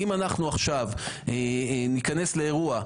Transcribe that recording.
אם אנחנו עכשיו ניכנס לאירוע,